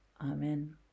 Amen